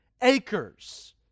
acres